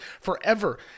forever